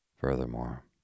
Furthermore